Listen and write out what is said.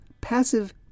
Passive